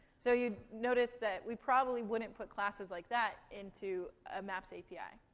so you notice that we probably wouldn't put classes like that into a maps api.